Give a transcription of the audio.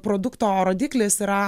produkto rodiklis yra